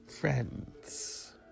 Friends